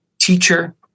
teacher